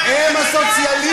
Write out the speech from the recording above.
נא להירגע.